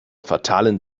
fatalen